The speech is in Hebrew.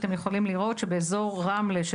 אתם יכולים לראות שבאזור רמלה של